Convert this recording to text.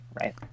right